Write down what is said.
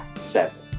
Seven